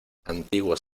antiguos